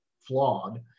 flawed